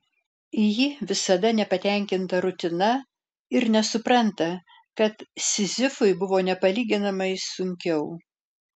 ji visada nepatenkinta rutina ir nesupranta kad sizifui buvo nepalyginamai sunkiau